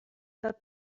pas